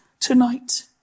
tonight